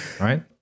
right